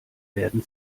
werden